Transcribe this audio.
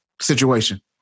situation